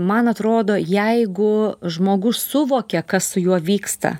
man atrodo jeigu žmogus suvokia kas su juo vyksta